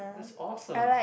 that's awesome